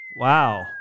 Wow